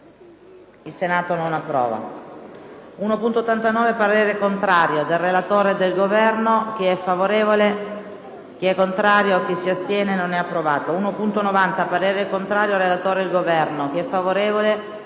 **Il Senato non approva**.